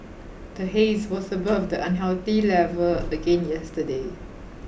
the haze was above the unhealthy level again yesterday